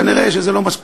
כנראה זה לא מספיק.